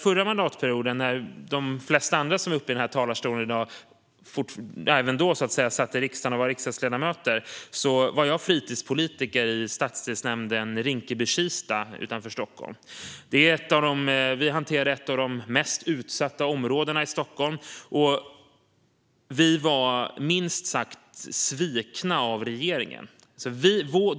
Förra mandatperioden, när de flesta andra som är uppe i den här talarstolen i dag redan var riksdagsledamöter, var jag fritidspolitiker i stadsdelsnämnden Rinkeby-Kista utanför Stockholm. Vi hanterade ett av de mest utsatta områdena i Stockholm, och vi var minst sagt svikna av regeringen.